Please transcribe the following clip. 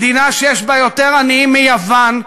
מדינה שיש בה יותר עניים מיוון,